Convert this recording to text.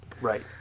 right